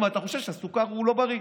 אם אתה חושב שהסוכר לא בריא.